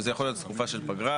וזה יכול להיות תקופה של פגרה,